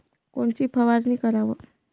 कोनची फवारणी कराव?